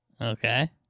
Okay